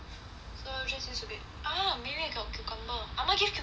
so just use a bit ah maybe got cucumber ah ma give cucumber right